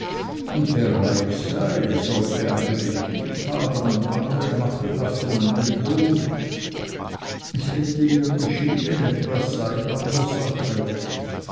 und wer reich sei solle eigentlich gut haben und andere machen lassen um den lohn es hätte ihr geschienen etwas sei an der sache